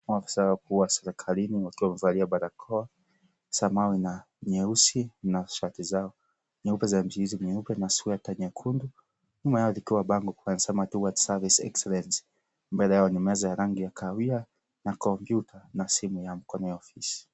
Maofisa wakuu wa serikalini wakiwa wamevalia barakoa, samawi na nyeusi na shati zao nyeupe zenye michirizi ya meupe na sweta nyekundu. Nyuma yao likiwa bango kubwa linalosema , towards service excellence .Mbele yao ni meza yenye rangi ya kahawia wia na kompyuta na simu ya mkono ya ofisi.